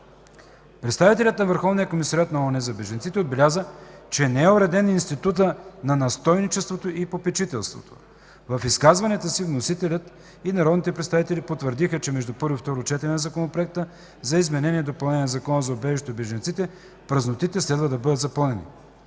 Представителят на Върховния комисариат на ООН за бежанците отбеляза, че не е уреден институтът на настойничеството и попечителството. В изказванията си вносителят и народните представители потвърдиха, че между първо и второ четене на Законопроекта за изменение и допълнение на Закона за убежището и бежанците празнотите следва да бъдат запълнени.